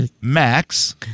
Max